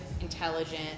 intelligent